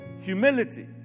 humility